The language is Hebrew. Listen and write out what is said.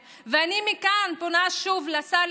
היושב-ראש,